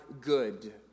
good